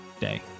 day